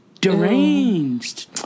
deranged